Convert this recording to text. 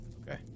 Okay